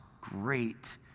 great